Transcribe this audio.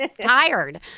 tired